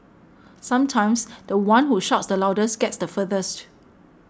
sometimes the one who shouts the loudest gets the furthest